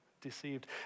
deceived